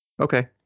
Okay